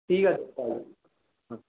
ঠিক আছে তাহলে হুম